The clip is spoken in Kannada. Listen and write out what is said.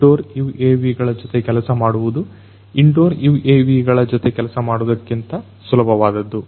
ಔಟ್ ಡೋರ್ UAV ಗಳ ಜೊತೆಗೆ ಕೆಲಸ ಮಾಡುವುದು ಇಂಡೋರ್ UAV ಗಳ ಜೊತೆಗೆ ಕೆಲಸ ಮಾಡೋದಕ್ಕಿಂತ ಸುಲಭವಾದದ್ದು